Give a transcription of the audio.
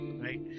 right